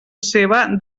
seva